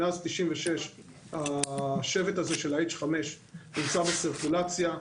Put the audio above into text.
מאז 1996 השבט של ה-H5 נמצא בסירקולציה.